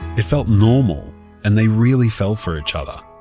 it felt normal and they really fell for each other.